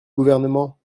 gouvernement